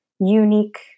unique